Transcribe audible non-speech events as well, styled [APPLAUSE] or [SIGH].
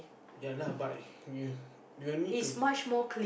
ya lah but you [BREATH] you need to